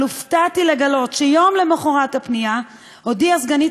אבל הופתעתי לגלות שיום למחרת הפנייה הודיעה סגנית